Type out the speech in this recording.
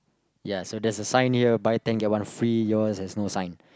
ya there's a sign here buy ten get one free yours there is no sign